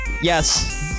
Yes